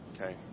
Okay